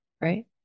right